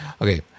Okay